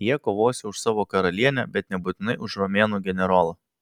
jie kovosią už savo karalienę bet nebūtinai už romėnų generolą